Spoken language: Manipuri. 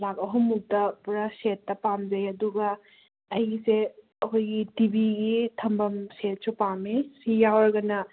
ꯂꯥꯛ ꯑꯍꯨꯝꯃꯨꯛꯇ ꯄꯨꯔꯥ ꯁꯦꯠꯇ ꯄꯥꯝꯖꯩ ꯑꯗꯨꯒ ꯑꯩꯁꯦ ꯑꯩꯈꯣꯏꯒꯤ ꯇꯤ ꯚꯤꯒꯤ ꯊꯝꯕꯝ ꯁꯦꯠꯁꯨ ꯄꯥꯝꯃꯦ ꯁꯤ ꯌꯥꯎꯔꯒꯅ